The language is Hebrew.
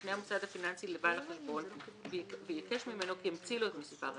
יפנה המוסד הפיננסי לבעל החשבון ויבקש ממנו כי ימציא לו את מספר ה-TIN.